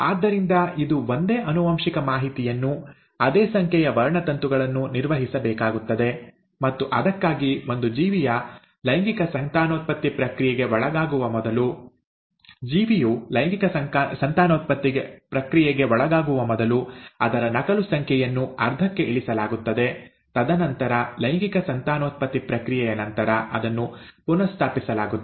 ಆದ್ದರಿಂದ ಇದು ಒಂದೇ ಆನುವಂಶಿಕ ಮಾಹಿತಿಯನ್ನು ಅದೇ ಸಂಖ್ಯೆಯ ವರ್ಣತಂತುಗಳನ್ನು ನಿರ್ವಹಿಸಬೇಕಾಗುತ್ತದೆ ಮತ್ತು ಅದಕ್ಕಾಗಿ ಒಂದು ಜೀವಿಯು ಲೈಂಗಿಕ ಸಂತಾನೋತ್ಪತ್ತಿ ಪ್ರಕ್ರಿಯೆಗೆ ಒಳಗಾಗುವ ಮೊದಲು ಅದರ ನಕಲು ಸಂಖ್ಯೆಯನ್ನು ಅರ್ಧಕ್ಕೆ ಇಳಿಸಲಾಗುತ್ತದೆ ತದನಂತರ ಲೈಂಗಿಕ ಸಂತಾನೋತ್ಪತ್ತಿ ಪ್ರಕ್ರಿಯೆಯ ನಂತರ ಅದನ್ನು ಪುನಃಸ್ಥಾಪಿಸಲಾಗುತ್ತದೆ